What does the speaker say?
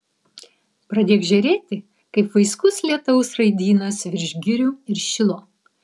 pradėk žėrėti kaip vaiskus lietaus raidynas virš girių ir šilo